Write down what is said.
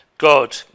God